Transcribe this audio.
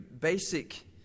basic